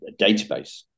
database